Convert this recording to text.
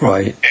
Right